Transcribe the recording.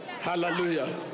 Hallelujah